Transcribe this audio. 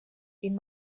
den